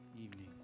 evening